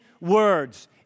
words